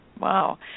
Wow